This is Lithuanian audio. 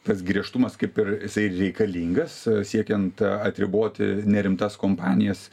tas griežtumas kaip ir jisai reikalingas siekiant atriboti nerimtas kompanijas